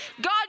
God